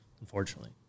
unfortunately